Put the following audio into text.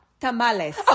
Tamales